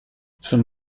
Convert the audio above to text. sono